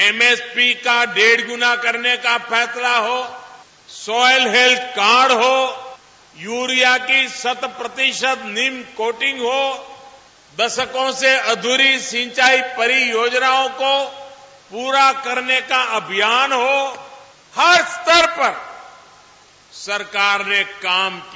MSP का डेढ़ गुना करने का फैसला हो स्वायल हेल्थ कार्ड हो यूरिया की शत प्रतिशत निम्न कोटिंग हो दशकों से अध्ररी सिंचाई परियोजनाओं को पूरा करने का अभियान हो हर स्तर पर सरकार ने काम किया